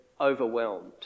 overwhelmed